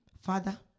Father